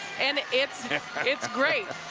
and it's it's great.